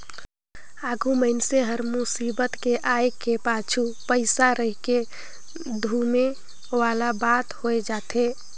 आघु मइनसे हर मुसीबत के आय के पाछू पइसा रहिके धुमे वाला बात होए जाथे